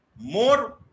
more